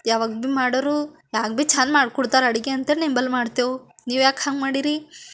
ಯಾವಾಗ ಭೀ ಮಾಡೊರು ಹ್ಯಾಗೆ ಭೀ ಚೆಂದ ಮಾಡ್ಕೊಡ್ತಾರ ಅಡುಗೆ ಅಂಥೇಳಿ ನಿಂಬಳಿ ಮಾಡ್ತೇವೆ ನೀವು ಯಾಕೆ ಹಂಗೆ ಮಾಡೀರಿ